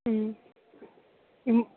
ꯎꯝ ꯎꯝ